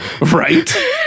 Right